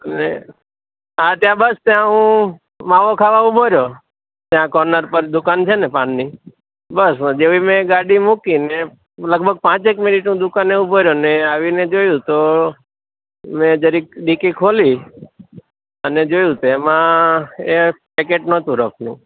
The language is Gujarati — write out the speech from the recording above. ને આ ત્યાં બસ ત્યાં હું માવો ખાવા ઊભો રહ્યો ત્યા કોર્નર પર દુકાન છેને પાનની બસ જેવી મેં ગાડી મૂકી ને લગભગ પાંચેક મિનિટ દુકાને ઊભો રહ્યો ને આવીને જોયુ તો મેં જરીક ડીકી ખોલી અને જોયું તો એમાં એક પેકેટ નહોતું રફનું